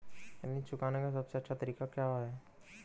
ऋण चुकाने का सबसे अच्छा तरीका क्या है?